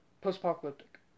Post-apocalyptic